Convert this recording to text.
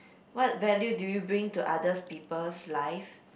what value do you bring to others people's life